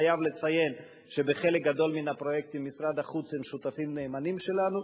אני חייב לציין שבחלק גדול מן הפרויקטים משרד החוץ שותף נאמן שלנו.